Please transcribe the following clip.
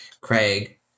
Craig